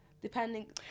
Depending